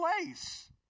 place